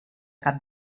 cap